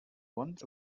want